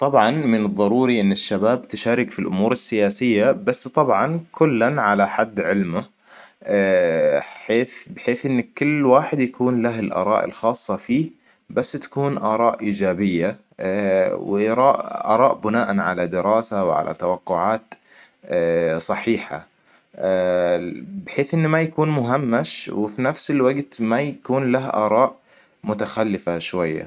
طبعاً من الضروري ان الشباب تشارك في الأمور السياسية بس طبعاً كلاً على حد علمه حيث بحيث ان كل واحد يكون له الأراء الخاصة فيه بس تكون أراء إيجابية و أراء -أراء بناءاً على دراسة وعلى توقعات صحيحة. بحيث إنه ما يكون مهمش وفي نفس الوقت ما يكون له أراء متخلفة شوية